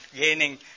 gaining